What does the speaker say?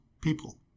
people